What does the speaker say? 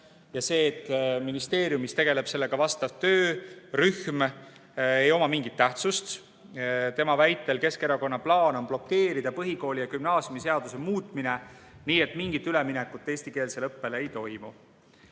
ja sellel, et ministeeriumis üks töörühm sellega tegeleb, ei ole mingit tähtsust. Tema väitel on Keskerakonna plaan blokeerida põhikooli- ja gümnaasiumiseaduse muutmine nii, et mingit üleminekut eestikeelsele õppele ei toimu.